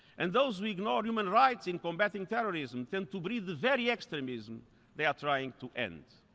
and those who ignore human rights in combatting terrorism tend to breed the very extremism they are trying to end.